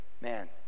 man